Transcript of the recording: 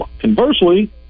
Conversely